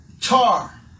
tar